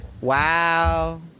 Wow